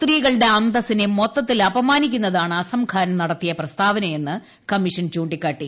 സ്ത്രീകളുടെ അന്തസിനെ മൊത്തത്തിൽ അപമാനിക്കുന്നതാണ് അസംഖാൻ നടത്തിയ പ്രസ്താവനയെന്ന് കമ്മീഷൻ ചൂണ്ടിക്കാട്ടി